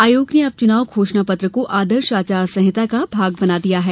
आयोग ने अब चुनाव घोषणा पत्र को आदर्श आचार संहिता का भाग बना दिया है